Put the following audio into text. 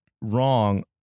wrong